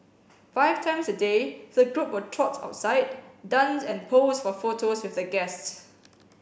five times a day the group will trot outside dance and pose for photos with the guests